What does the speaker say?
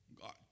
God